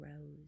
Rose